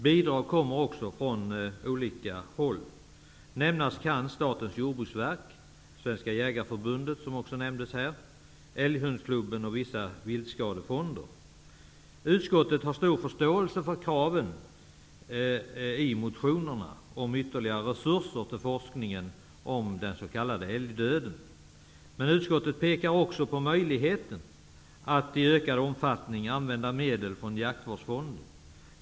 Bidrag kommer också från exempelvis Statens jordbruksverk, Svenska jägarförbundet, Älghundsklubben och vissa viltskadefonder. Utskottet har stor förståelse för kraven i motionerna om ytterligare resurser till forskningen om den s.k. älgdöden. Men utskottet pekar också på möjligheten att i ökad omfattning använda medel från jaktvårdsfonden.